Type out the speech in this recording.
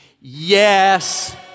yes